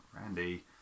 Randy